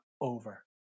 over